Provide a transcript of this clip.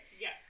yes